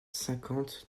cinquante